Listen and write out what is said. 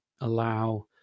allow